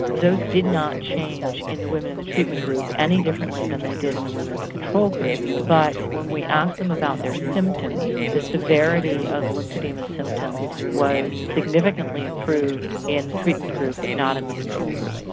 those did not change in the women in the treatment group any differently than they did in the women in the control group, but when we asked them about their symptoms, the severity of lymphoedema symptoms was significantly improved in the treatment group but not in the control group.